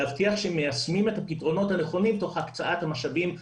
להבטיח שמיישמים את הפתרונות הנכונים תוך הקצאת המשאבים ההולמים.